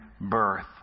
birth